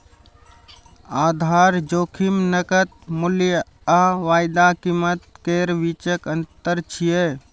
आधार जोखिम नकद मूल्य आ वायदा कीमत केर बीचक अंतर छियै